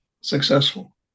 successful